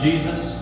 Jesus